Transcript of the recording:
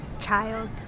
Child